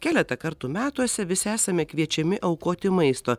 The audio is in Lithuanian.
keletą kartų metuose visi esame kviečiami aukoti maisto